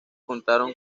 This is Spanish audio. contaron